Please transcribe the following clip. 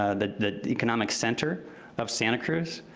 ah the the economic center of santa cruz.